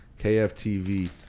KFTV